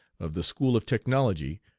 of the school of technology,